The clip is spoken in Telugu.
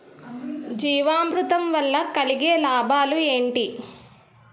జీవామృతం వల్ల కలిగే లాభాలు ఏంటి?